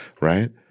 right